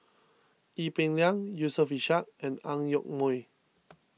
Ee Peng Liang Yusof Ishak and Ang Yoke Mooi